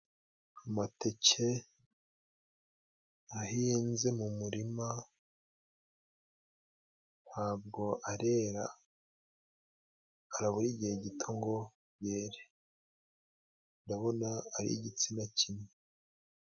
Amateke ahinze mu murima ntabwo arera harabura igihe gito ngo yere, ndabona ari igitsina kimwe.